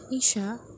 Isha